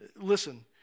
Listen